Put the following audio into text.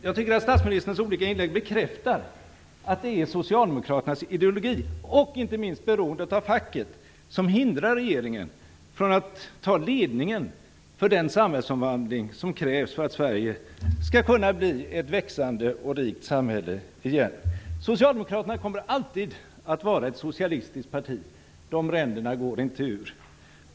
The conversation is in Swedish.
Jag tycker att statsministerns olika inlägg bekräftar att det är Socialdemokraternas ideologi och inte minst beroendet av facket som hindrar regeringen från att ta ledningen för den samhällsomvandling som krävs för att Sverige skall kunna bli ett växande och rikt samhälle igen. Socialdemokraterna kommer alltid att vara ett socialistiskt parti. De ränderna går inte ur.